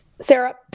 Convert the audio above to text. Sarah